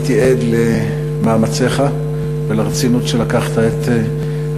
הייתי עד למאמציך ולרצינות שבה לקחת את עבודתך.